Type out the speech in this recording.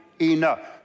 enough